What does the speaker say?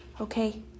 Okay